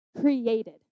created